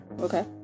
okay